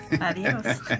Adios